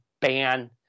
ban